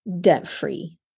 debt-free